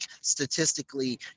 statistically